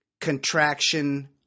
contraction